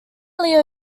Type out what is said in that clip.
leo